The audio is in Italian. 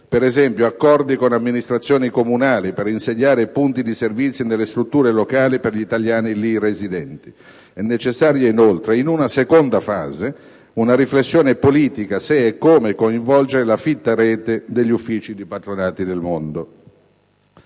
l'esempio di accordi con amministrazioni comunali per insediare punti di servizi nelle strutture locali per gli italiani ivi residenti. È necessaria, inoltre, in una seconda fase, una riflessione politica sulla possibilità e sulle modalità per coinvolgere la fitta rete degli uffici dei patronati nel mondo.